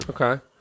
Okay